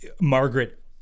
Margaret